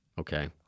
Okay